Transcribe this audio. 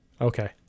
Okay